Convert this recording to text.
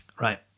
Right